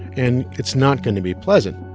and it's not going to be pleasant